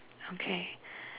okay